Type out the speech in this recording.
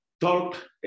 talk